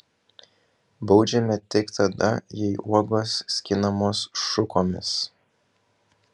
baudžiame tik tada jei uogos skinamos šukomis